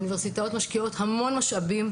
האוניברסיטאות משקיעות המון משאבים,